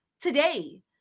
today